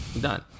Done